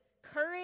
courage